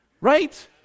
right